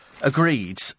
agreed